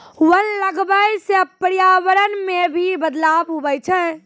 वन लगबै से पर्यावरण मे भी बदलाव हुवै छै